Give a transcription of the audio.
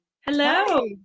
Hello